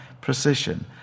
precision